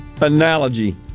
analogy